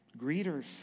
Greeters